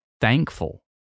thankful